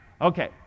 Okay